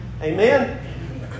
Amen